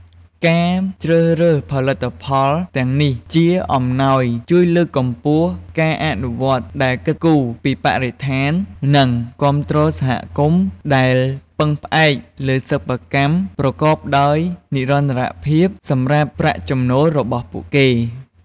ការជ្រើសរើសផលិតផលទាំងនេះ ជាអំណោយជួយលើកកម្ពស់ការអនុវត្តដែលគិតគូរពីបរិស្ថាន និងគាំទ្រសហគមន៍ដែលពឹងផ្អែកលើសិប្បកម្មប្រកបដោយនិរន្តរភាពសម្រាប់ប្រាក់ចំណូលរបស់ពួកគេ។